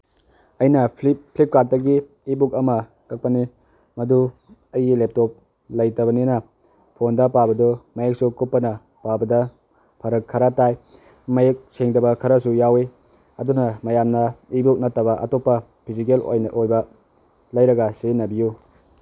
ꯑꯩꯅ ꯐ꯭ꯂꯤꯞꯀꯥꯔꯠꯇꯒꯤ e book ꯑꯃ ꯀꯛꯄꯅꯦ ꯃꯗꯨ ꯑꯩꯒꯤ ꯂꯦꯞꯇꯣꯞ ꯂꯩꯇꯕꯅꯤꯅ ꯐꯣꯟꯗ ꯄꯥꯕꯗꯣ ꯃꯌꯦꯛꯁꯨ ꯀꯨꯞꯄꯅ ꯄꯥꯕꯗ ꯐꯔꯛ ꯈꯔ ꯇꯥꯏ ꯃꯌꯦꯛ ꯁꯦꯡꯗꯕ ꯈꯔꯁꯨ ꯌꯥꯎꯋꯤ ꯑꯗꯨꯅ ꯃꯌꯥꯝꯅ ꯏ ꯕꯨꯛ ꯅꯠꯇꯕ ꯑꯇꯣꯞꯄ ꯐꯤꯖꯤꯀꯦꯜ ꯑꯣꯏꯅ ꯑꯣꯏꯕ ꯂꯩꯔꯒ ꯁꯤꯖꯤꯟꯅꯕꯤꯌꯨ